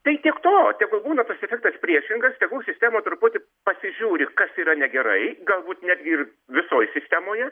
tai tiek to tegu būna tas efektas priešingas tegu sistema truputį pasižiūri kas yra negerai galbūt netgi ir visoj sistemoje